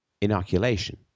inoculation